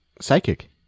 Psychic